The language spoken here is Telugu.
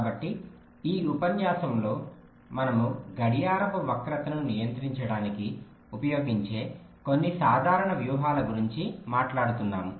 కాబట్టి ఈ ఉపన్యాసంలో మనము గడియారపు వక్రతను నియంత్రించడానికి ఉపయోగించే కొన్ని సాధారణ వ్యూహాల గురించి మనట్లాడుతున్నాము